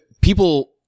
people